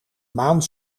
maan